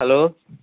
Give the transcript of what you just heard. hello